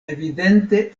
evidente